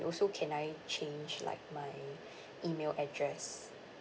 also can I change like my email address